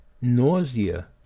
Nausea